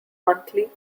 monthly